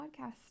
podcast